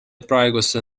praeguse